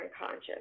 unconscious